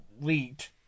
leaked